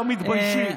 לא מתביישים.